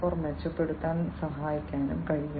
0 മെച്ചപ്പെടുത്താൻ സഹായിക്കാനും കഴിയും